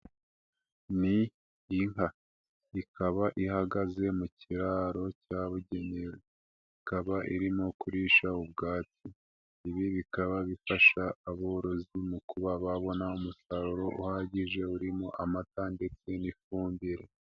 Ni inka ikaba ihagaze mu kiraro cya bugenewe, ikaba irimo kurisha ubwatsi. Ibi bikaba bifasha aborozi mu kuba babona umusaruro uhagije urimo amata ndetse n'ifumbire.